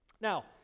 Now